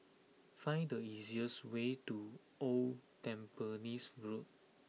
find the easiest way to Old Tampines Road